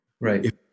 Right